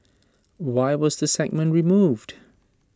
why was the segment removed